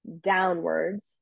downwards